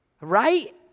Right